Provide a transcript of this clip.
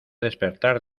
despertar